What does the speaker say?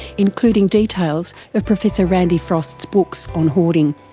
including details of professor randy frost's books on hoarding.